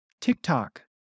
TikTok